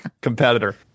competitor